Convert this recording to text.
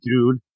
dude